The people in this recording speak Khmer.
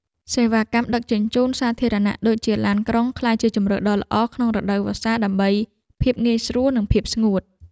សេវាកម្មដឹកជញ្ជូនសាធារណៈដូចជាឡានក្រុងក្លាយជាជម្រើសដ៏ល្អក្នុងរដូវវស្សាដើម្បីភាពងាយស្រួលនិងភាពស្ងួត។